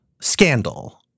scandal